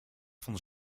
van